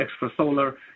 extrasolar